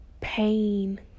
pain